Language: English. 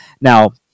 Now